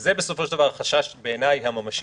זה בסופו של דבר החשש בעיניי הממשי.